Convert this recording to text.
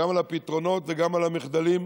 גם על הפתרונות וגם על המחדלים,